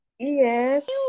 Yes